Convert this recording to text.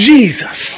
Jesus